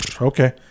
Okay